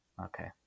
okay